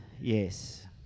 Yes